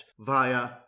via